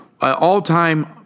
all-time